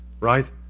right